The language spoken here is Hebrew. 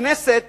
הכנסת